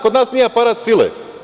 Kod nas nije aparat sile.